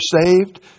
saved